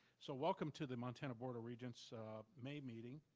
so welcome to the montana board of regents' may meeting.